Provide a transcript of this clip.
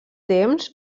temps